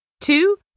Two